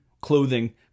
clothing